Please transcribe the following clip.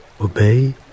Obey